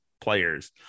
players